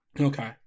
Okay